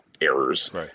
errors